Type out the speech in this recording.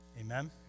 amen